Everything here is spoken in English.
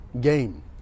game